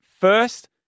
First